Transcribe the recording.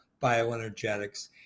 bioenergetics